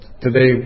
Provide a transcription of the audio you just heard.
Today